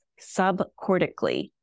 subcortically